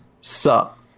Sup